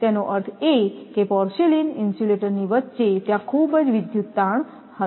તેનો અર્થ એ કે પોર્સેલેઇન ઇન્સ્યુલેટરની વચ્ચે ત્યાં ખૂબ જ વિદ્યુત તાણ હશે